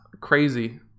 crazy